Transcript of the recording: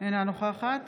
אינה נוכחת